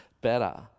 better